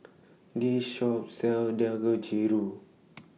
This Shop sells Dangojiru